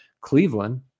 Cleveland